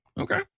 Okay